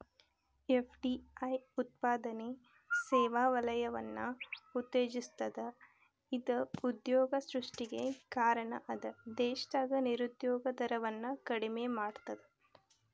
FDI ಉತ್ಪಾದನೆ ಸೇವಾ ವಲಯವನ್ನ ಉತ್ತೇಜಿಸ್ತದ ಇದ ಉದ್ಯೋಗ ಸೃಷ್ಟಿಗೆ ಕಾರಣ ಅದ ದೇಶದಾಗ ನಿರುದ್ಯೋಗ ದರವನ್ನ ಕಡಿಮಿ ಮಾಡ್ತದ